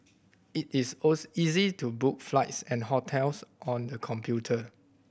it is easy to book flights and hotels on the computer